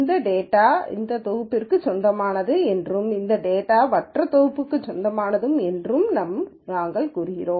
இந்தத் டேட்டா இந்தத் தொகுப்பிற்கு சொந்தமானது என்றும் இந்தத் டேட்டா மற்ற தொகுப்பிற்கு சொந்தமானது என்றும் நாங்கள் கூறுவோம்